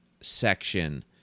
section